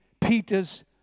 Peter's